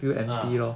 ah